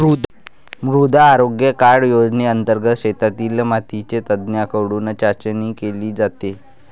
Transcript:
मृदा आरोग्य कार्ड योजनेंतर्गत शेतातील मातीची तज्ज्ञांकडून चाचणी केली जाते